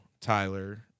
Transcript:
Tyler